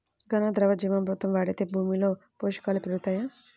ఘన, ద్రవ జీవా మృతి వాడితే భూమిలో పోషకాలు పెరుగుతాయా?